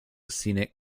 scenic